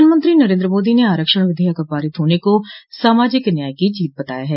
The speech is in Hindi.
प्रधानमंत्री नरेन्द्र मोदी ने आरक्षण विधेयक पारित होने को सामाजिक न्याय की जीत बताया है